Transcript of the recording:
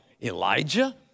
Elijah